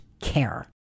care